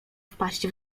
wpaść